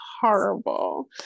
horrible